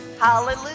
Hallelujah